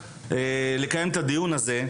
לקיים את הדיון הזה,